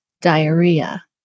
diarrhea